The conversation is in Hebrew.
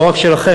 לא רק שלכם,